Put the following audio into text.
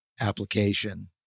application